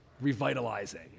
revitalizing